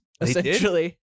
Essentially